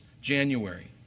January